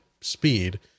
speed